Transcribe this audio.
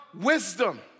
wisdom